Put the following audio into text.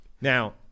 now